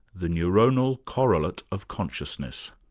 the neuronal correlate of consciousness?